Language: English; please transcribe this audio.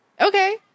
okay